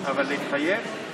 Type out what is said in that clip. אבל להתחייב?